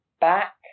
back